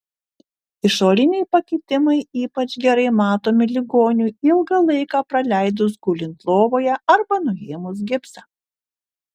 išoriniai pakitimai ypač gerai matomi ligoniui ilgą laiką praleidus gulint lovoje arba nuėmus gipsą